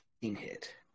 hit